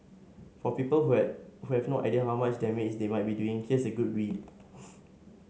for people who have who have no idea how much damage they might be doing here's a good read